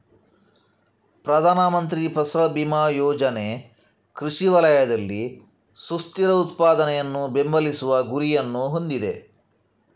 ಪ್ರಧಾನ ಮಂತ್ರಿ ಫಸಲ್ ಬಿಮಾ ಯೋಜನೆ ಕೃಷಿ ವಲಯದಲ್ಲಿ ಸುಸ್ಥಿರ ಉತ್ಪಾದನೆಯನ್ನು ಬೆಂಬಲಿಸುವ ಗುರಿಯನ್ನು ಹೊಂದಿದೆ